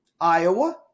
Iowa